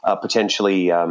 potentially